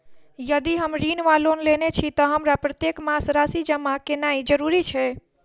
यदि हम ऋण वा लोन लेने छी तऽ हमरा प्रत्येक मास राशि जमा केनैय जरूरी छै?